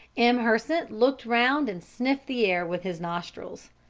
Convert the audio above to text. m. hersant looked round and sniffed the air with his nostrils.